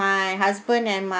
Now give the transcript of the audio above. my husband and my